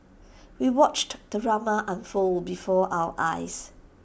we watched the drama unfold before our eyes